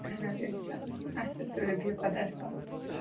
اہَن حظ اِنشاء اللہ اچھا تُلِو بِہِو خۄدایَس سوال